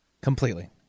Completely